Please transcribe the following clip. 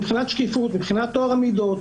מבחינת שקיפות ומבחינת טוהר המידות,